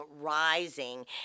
rising